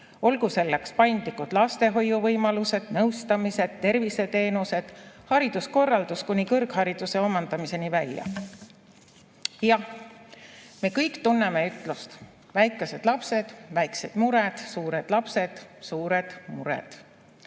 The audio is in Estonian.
olgu selleks paindlikud lastehoiu võimalused, nõustamised, terviseteenused, hariduskorraldus kuni kõrghariduse omandamiseni välja. Jah, me kõik tunneme ütlust "väikesed lapsed, väiksed mured, suured lapsed, suured mured".